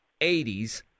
80s